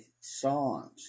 songs